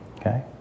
okay